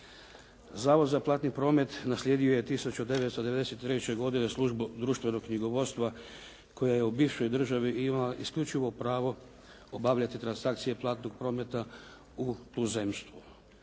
Zavod za platni promet naslijedio je 1993. godine Službu društvenog knjigovodstva koja je u bivšoj državi imala isključivo pravo obavljati transakcije platnog prometa u tuzemstvu.